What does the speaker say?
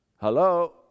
Hello